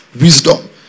wisdom